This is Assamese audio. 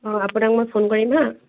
অঁ আপোনাক মই ফোন কৰিম হা